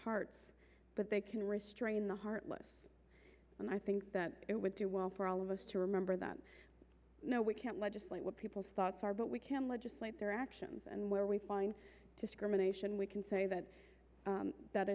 hearts but they can restrain the heartless and i think that it would do well for all of us to remember that no we can't legislate what people's thoughts are but we can legislate their actions and where we find discrimination we can say that that